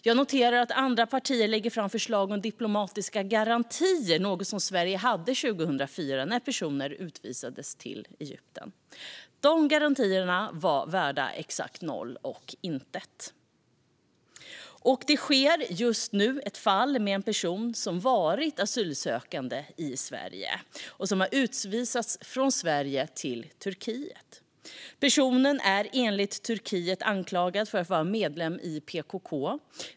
Jag noterar att andra partier lägger fram förslag om diplomatiska garantier, något som Sverige hade 2004 när personerna utvisades till Egypten. De garantierna var värda exakt noll och intet. Det pågår just nu ett fall där en person som varit asylsökande i Sverige har utvisats från Sverige till Turkiet. Personen är av Turkiet anklagad för att vara medlem i PKK.